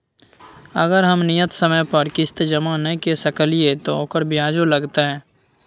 अगर हम नियत समय पर किस्त जमा नय के सकलिए त ओकर ब्याजो लगतै?